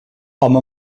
home